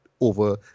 over